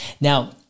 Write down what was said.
Now